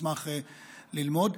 אשמח ללמוד.